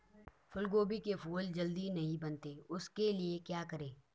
फूलगोभी के फूल जल्दी नहीं बनते उसके लिए क्या करें?